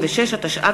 3), התשע"ג